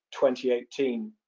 2018